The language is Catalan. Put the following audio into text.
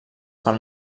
pel